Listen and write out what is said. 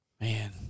Man